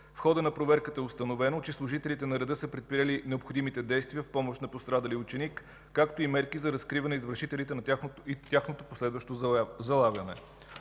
В хода на проверката е установено, че служителите на реда са предприели необходимите действия в помощ на пострадалия ученик, както и мерки за разкриване извършителите и тяхното последващо залавяне.